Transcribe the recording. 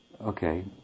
okay